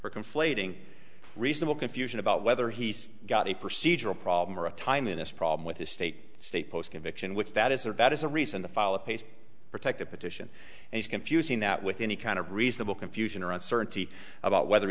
or conflating reasonable confusion about whether he's got a procedural problem or a time in this problem with his state state post conviction which that is or that is a reason to follow pace protected petition and it's confusing that with any kind of reasonable confusion or uncertainty about whether